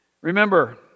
Remember